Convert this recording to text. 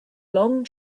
long